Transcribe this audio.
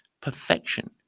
perfection